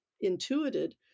intuited